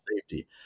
safety